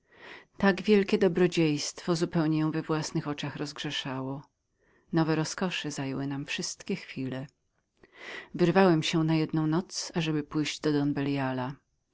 tak ważne dobrodziejstwo zupełnie ją uniewinniało nowe rozkosze zajęły nam wszystkie chwile wyrwałem się im na jedną noc ażeby pójść do